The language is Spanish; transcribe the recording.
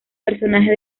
personaje